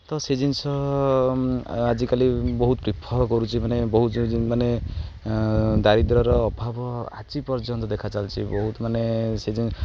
ତ ସେ ଜିନିଷ ଆଜିକାଲି ବହୁତ ପ୍ରିଫର କରୁଛି ମାନେ ବହୁତ ମାନେ ଦାରିଦ୍ରର ଅଭାବ ଆଜି ପର୍ଯ୍ୟନ୍ତ ଦେଖା ଚାଲିଛି ବହୁତ ମାନେ ସେ ଜିନ